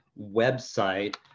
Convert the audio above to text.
website